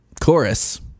chorus